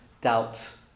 doubts